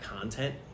content